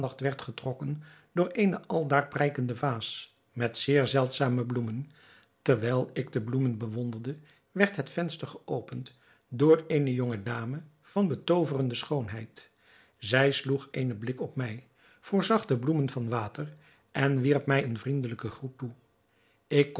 werd getrokken door eene aldaar prijkende vaas met zeer zeldzame bloemen terwijl ik de bloemen bewonderde werd het venster geopend door eene jonge dame van betooverende schoonheid zij sloeg eenen blik op mij voorzag de bloemen van water en wierp mij een vriendelijken groet toe ik